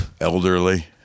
elderly